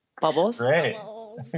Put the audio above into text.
bubbles